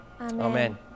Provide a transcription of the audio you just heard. Amen